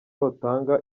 butanga